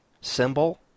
symbol